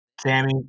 Sammy